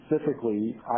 specifically